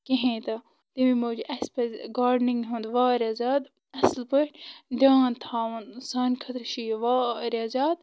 کِہیٖنۍ تہٕ تمی موٗجوٗب اَسہِ پَزِ گاڈنِنٛگ ہُنٛدۍ واریاہ زیادٕ اَصٕل پٲٹھۍ دیان تھاوُن سانہِ خٲطرٕ چھِ یہِ واریاہ زیادٕ